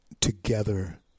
together